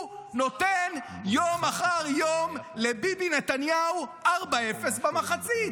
הוא נותן יום אחר יום לביבי נתניהו 0:4 במחצית.